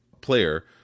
player